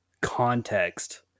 context